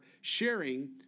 sharing